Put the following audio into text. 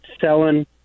selling